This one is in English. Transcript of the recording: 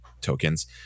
tokens